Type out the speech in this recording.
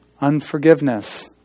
unforgiveness